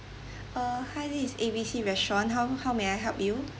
uh hi this is A B C restaurant how how may I help you